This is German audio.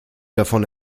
davon